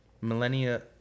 millennia